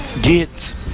Get